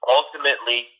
Ultimately